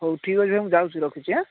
ହଉ ଠିକ ଅଛି ଭାଇ ମୁଁ ଯାଉଛି ରଖୁଛି ଆଁ